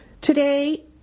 Today